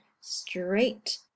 straight